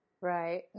Right